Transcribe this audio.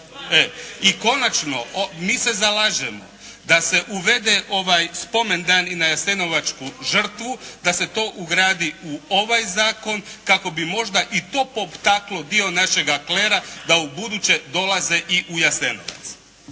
I konačno mi se zalažemo da se uvede spomendan i na jasenovačku žrtvu, a se to ugradi u ovaj zakon kako bi možda i to potaklo dio našega klera da ubuduće dolaze i u Jasenovac